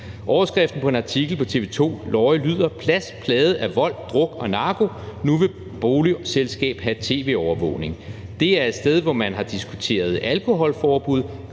Overskriften på en artikel på TV 2 Lorry lyder: »Plads plaget af vold, druk og narko: Nu vil boligselskab have tv-overvågning«. Det er et sted, hvor man har diskuteret alkoholforbud,